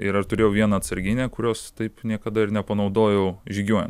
ir aš turėjau vieną atsarginę kurios taip niekada ir nepanaudojau žygiuojant